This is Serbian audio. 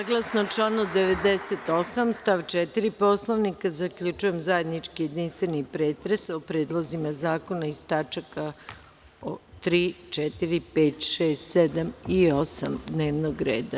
Saglasno članu 98. stav 4. Poslovnika, zaključujem zajednički jedinstveni pretres o predlozima zakona iz tačaka 3, 4, 5, 6, 7. i 8. dnevnog reda.